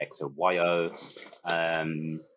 XOYO